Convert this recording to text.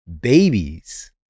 babies